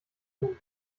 tun